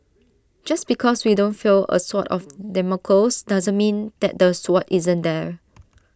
just because we don't feel A sword of Damocles doesn't mean that the sword isn't there